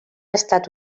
estat